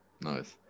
Nice